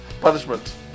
Punishment